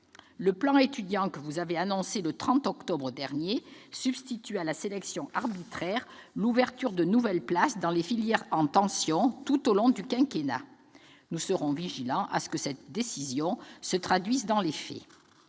Le plan Étudiants, que vous avez annoncé le 30 octobre dernier, substitue à la sélection arbitraire l'ouverture de nouvelles places dans les filières en tension tout au long du quinquennat. Nous veillerons à ce que cette décision se traduise dans les faits.